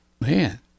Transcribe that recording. Man